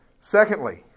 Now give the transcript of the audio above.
Secondly